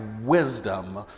wisdom